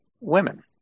women